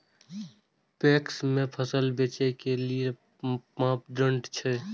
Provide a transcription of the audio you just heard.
PACS में फसल बेचे के कि मापदंड छै?